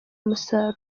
umusaruro